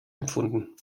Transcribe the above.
empfunden